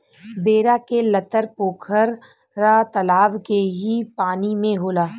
बेरा के लतर पोखरा तलाब के ही पानी में होला